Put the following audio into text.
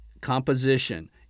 composition